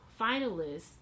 finalists